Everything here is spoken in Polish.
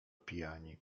pijani